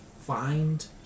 find